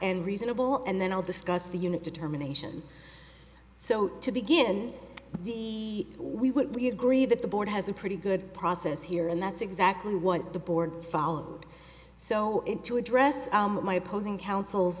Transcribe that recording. and reasonable and then i'll discuss the unit determination so to begin the we we agree that the board has a pretty good process here and that's exactly what the board followed so in to address my opposing counsel